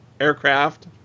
aircraft